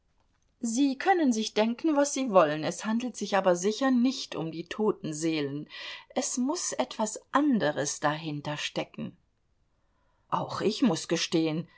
sie können sich denken was sie wollen es handelt sich aber sicher nicht um die toten seelen es muß etwas anderes dahinter stecken auch ich muß gestehen